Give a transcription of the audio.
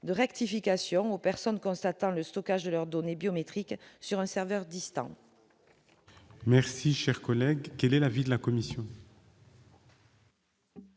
de rectification aux personnes constatant le stockage de leurs données biométriques sur un serveur distant. Quel est l'avis de la commission ?